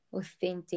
authentic